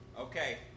Okay